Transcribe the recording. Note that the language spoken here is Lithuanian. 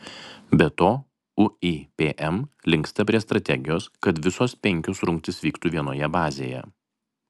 be to uipm linksta prie strategijos kad visos penkios rungtys vyktų vienoje bazėje